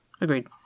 Agreed